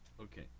Okay